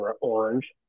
orange